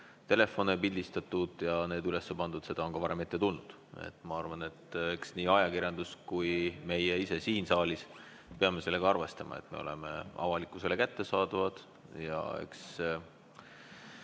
telefone pildistatud ja need [pildid] üles pandud, on ka varem ette tulnud. Ma arvan, et nii ajakirjandus kui ka meie ise siin saalis peame sellega arvestama, et me oleme avalikkusele kättesaadavad.